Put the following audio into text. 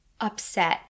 upset